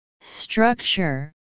Structure